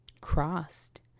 crossed